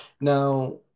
now